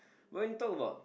but when you talk about